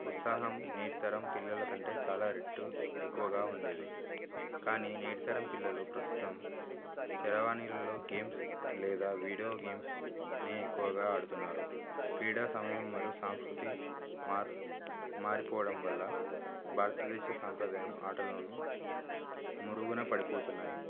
ఉత్సాహం నేటి తరం పిల్లల కంటే చాలా రేట్లు ఎక్కువగా ఉండేది కానీ నేటితరం పిల్లలు ప్రస్తుతం చరవాణిల్లో గేమ్స్ లేదా వీడియో గేమ్స్నే ఎక్కువగా ఆడుతున్నారు క్రీడా సమయం మరు సాంస్కృతి మార్ మారిపోవడం వల్ల భారతదేశ సాంప్రదాయం ఆటలను మరుగున పడిపోతున్నాయి